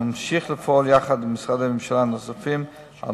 נמשיך לפעול יחד עם משרדי ממשלה נוספים על